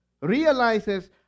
realizes